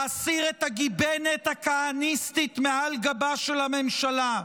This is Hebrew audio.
להסיר את הגיבנת הכהניסטית מעל גבה של הממשלה,